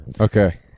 Okay